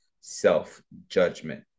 self-judgment